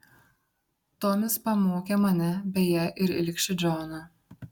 tomis pamokė mane beje ir ilgšį džoną